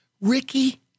Ricky